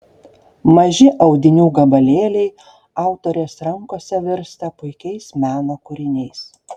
maži audinių gabalėliai autorės rankose virsta puikiais meno kūriniais